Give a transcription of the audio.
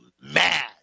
mad